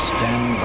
Stand